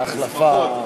על ההחלפה.